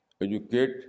educate